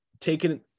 taken